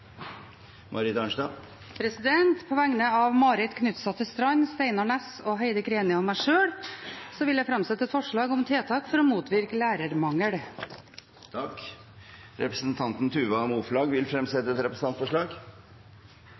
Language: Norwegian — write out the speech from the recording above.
På vegne av representantene Marit Knutsdatter Strand, Steinar Ness, Heidi Greni og meg sjøl vil jeg framsette et representantforslag om tiltak for å motvirke lærermangel. Representanten Tuva Moflag vil fremsette et representantforslag.